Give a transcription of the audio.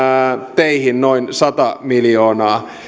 teihin noin sata miljoonaa